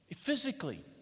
Physically